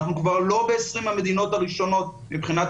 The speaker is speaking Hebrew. אנחנו כבר לא ב-20 המדינות הראשונות מבחינת